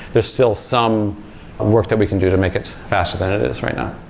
there's still some work that we can do to make it faster than it is right now.